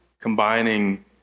combining